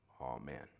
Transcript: amen